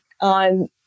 on